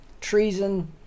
treason